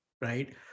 right